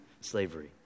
slavery